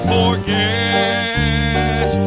forget